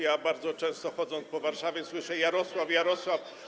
Ja bardzo często, chodząc po Warszawie, słyszę: Jarosław, Jarosław.